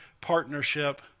partnership